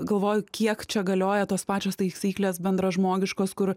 galvoju kiek čia galioja tos pačios taisyklės bendražmogiškos kur